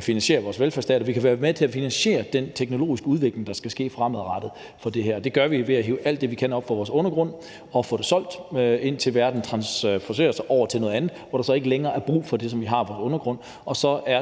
finansiere vores velfærdsstat, og at vi kan være med til at finansiere den teknologiske udvikling, der skal ske fremadrettet her, og det gør vi ved at hive alt det, vi kan, op fra vores undergrund og få det solgt, indtil verden transformerer sig over til noget andet, hvor der så ikke længere er brug for det, som vi har i undergrunden, og